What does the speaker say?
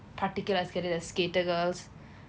particular aesthethic there's skater girls